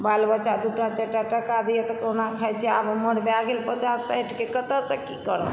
बाल बच्चा दुटा चारि टाका दैए तऽ कहुना खाइ छी आब उमर भए गेल पचास साठिके करीब कतौसँ की करब